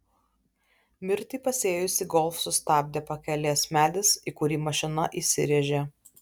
mirtį pasėjusį golf sustabdė pakelės medis į kurį mašina įsirėžė